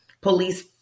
Police